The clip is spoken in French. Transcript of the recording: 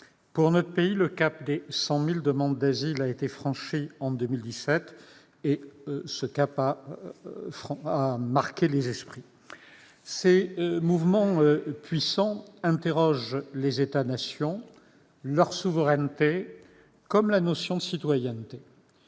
Dans notre pays, le cap des 100 000 demandes d'asile a été franchi en 2017, ce qui a marqué les esprits. Ces mouvements puissants conduisent à s'interroger sur les États-nations, leur souveraineté, comme sur la notion de citoyenneté.